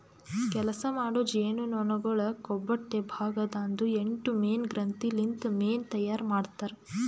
ಕೆಲಸ ಮಾಡೋ ಜೇನುನೊಣಗೊಳ್ ಕೊಬ್ಬೊಟ್ಟೆ ಭಾಗ ದಾಂದು ಎಂಟು ಮೇಣ ಗ್ರಂಥಿ ಲಿಂತ್ ಮೇಣ ತೈಯಾರ್ ಮಾಡ್ತಾರ್